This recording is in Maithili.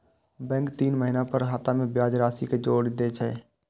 बैंक तीन महीना पर खाता मे ब्याज राशि कें जोड़ि दै छै